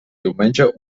diumenge